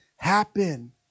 happen